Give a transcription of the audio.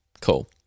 cool